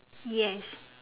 yes